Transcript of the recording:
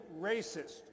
racist